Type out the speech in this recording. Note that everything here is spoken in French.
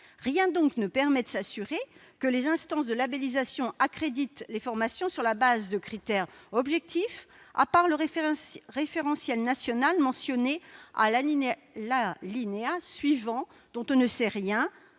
Rien donc ne permet de s'assurer que les instances de labellisation accréditent les formations sur la base de critères objectifs, à part le référentiel national mentionné à l'alinéa suivant et dont on ne sait rien